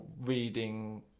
reading